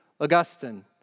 Augustine